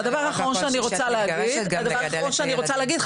הדבר האחרון שאני רוצה להגיד, נשים, מגדר.